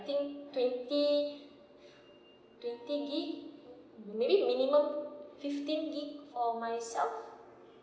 think twenty twenty gig maybe minimum fifteen gig for myself